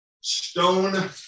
stone